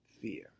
fear